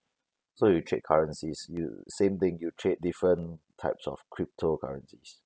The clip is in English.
so you trade currencies you same thing you trade different types of cryptocurrencies